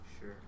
Sure